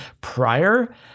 prior